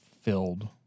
filled